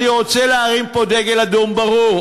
אני רוצה להרים פה דגל אדום ברור.